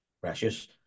precious